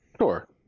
Sure